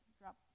drop